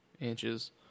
inches